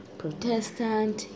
protestant